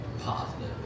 positive